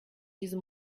diese